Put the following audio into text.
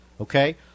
Okay